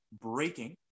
breaking